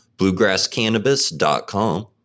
bluegrasscannabis.com